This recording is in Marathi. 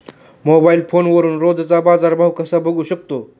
मोबाइल फोनवरून रोजचा बाजारभाव कसा बघू शकतो?